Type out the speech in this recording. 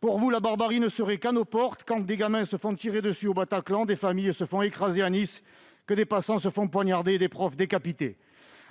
Pour vous, la barbarie ne serait qu'à nos portes, quand des gamins se font tirer dessus au Bataclan, quand des familles se font écraser à Nice, quand des passants se font poignarder, quand des profs sont décapités.